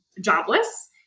jobless